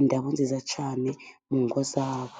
indabo nziza cyane mu ngo zabo.